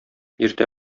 иртә